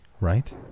right